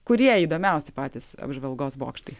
kurie įdomiausi patys apžvalgos bokštai